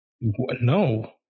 No